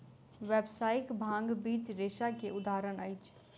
व्यावसायिक भांग बीज रेशा के उदाहरण अछि